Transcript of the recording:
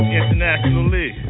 internationally